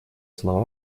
слова